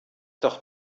doch